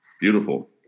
Beautiful